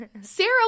Sarah